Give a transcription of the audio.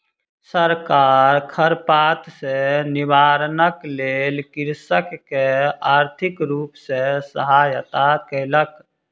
सरकार खरपात सॅ निवारणक लेल कृषक के आर्थिक रूप सॅ सहायता केलक